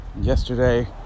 Yesterday